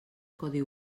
codi